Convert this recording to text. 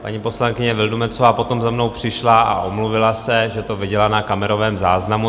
Paní poslankyně Vildumetzová potom za mnou přišla a omluvila se, že to viděla na kamerovém záznamu.